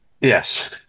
Yes